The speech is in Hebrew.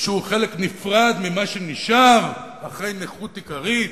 שהוא חלק נפרד ממה שנשאר אחרי נכות עיקרית,